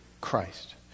christ